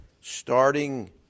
starting